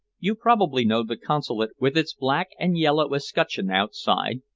you probably know the consulate with its black and yellow escutcheon outside,